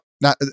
now